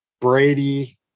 Brady